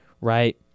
right